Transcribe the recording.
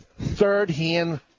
Third-hand